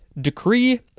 decree